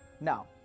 Now